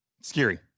scary